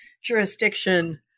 jurisdiction